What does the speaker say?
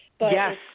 Yes